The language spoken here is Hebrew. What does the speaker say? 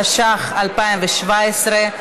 התשע"ח 2017,